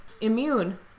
immune